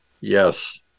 yes